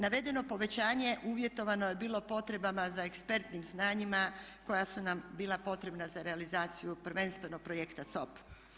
Navedeno povećanje uvjetovano je bilo potrebno za ekspertnim znanjima koja su nam bila potrebna za realizaciju prvenstveno projekta COP.